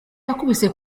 yakubise